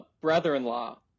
brother-in-law